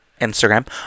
instagram